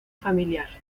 familiar